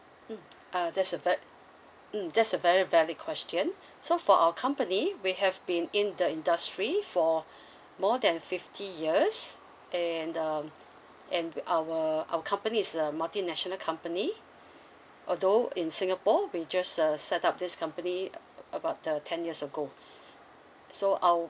mm uh there's a val~ mm that's a very valid question so for our company we have been in the industry for more than fifty years and um and with our our company is a multinational company although in singapore we just uh set up this company uh about uh ten years ago so our